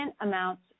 amounts